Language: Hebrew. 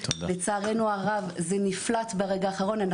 לצערנו הרב זה נפלט ברגע האחרון,